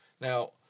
Now